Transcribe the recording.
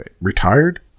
retired